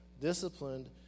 disciplined